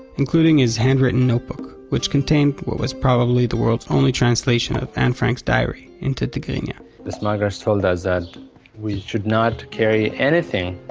including his handwritten notebook, which contained what was probably the world's only translation of anne frank's diary into tigrinya the smugglers told us that we should not carry anything,